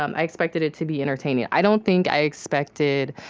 um i expected it to be entertaining. i don't think i expected